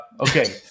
Okay